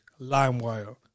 Limewire